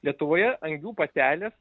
lietuvoje angių patelės